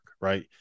right